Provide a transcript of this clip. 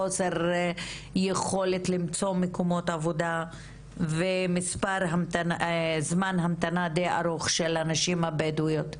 חוסר יכולת למצוא מקומות עבודה וזמן המתנה די ארוך של הנשים הבדואיות.